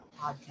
podcast